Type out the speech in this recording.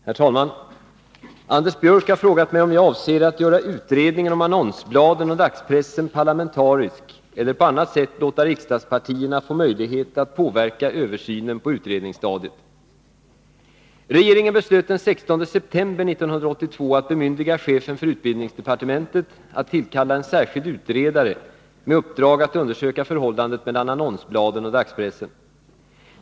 Herr talman! Anders Björck har frågat mig om jag avser att göra utredningen om annonsbladen och dagspressen parlamentarisk eller på annat sätt låta riksdagspartierna få möjlighet att påverka översynen på utredningsstadiet. Regeringen beslöt den 16 september 1982 att bemyndiga chefen för utbildningsdepartementet att tillkalla en särskild utredare med uppdrag att undersöka förhållandet mellan annonsbladen och dagspressen.